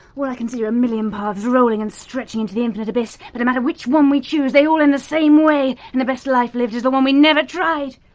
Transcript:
i can see are a million paths rolling and stretching into the infinite abyss but no matter which one we choose they all end the same way and the best life lived is the one we never tried!